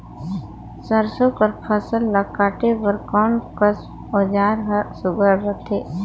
सरसो कर फसल ला काटे बर कोन कस औजार हर सुघ्घर रथे?